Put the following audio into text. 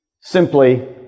simply